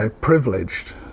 privileged